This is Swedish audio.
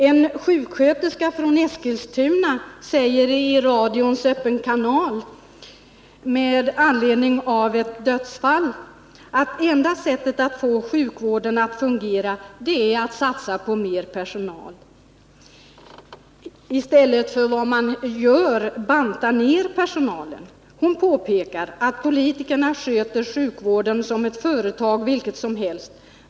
En sjuksköterska från Eskilstuna sade i radions Öppen kanal med anledning av ett dödsfall, att enda sättet att få sjukvården att fungera är att satsa på mer personal i stället för att som nu banta ner personalen. Hon påpekar att politikerna sköter sjukvården som ett företag vilket som helst.